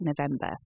November